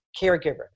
caregiver